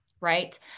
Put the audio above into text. Right